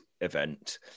event